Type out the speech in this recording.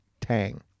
Tang